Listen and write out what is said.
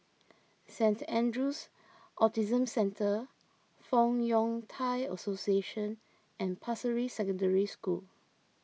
Saint andrew's Autism Centre Fong Yun Thai Association and Pasir Ris Secondary School